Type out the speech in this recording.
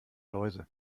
läuse